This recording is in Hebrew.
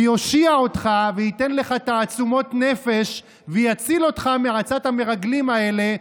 ויושיע אותך וייתן לך תעצומות נפש ויציל אותך מעצת המרגלים האלה,